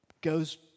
goes